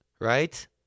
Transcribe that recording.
right